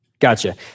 Gotcha